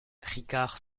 ricard